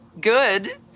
good